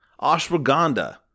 Ashwagandha